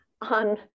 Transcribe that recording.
on